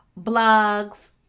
blogs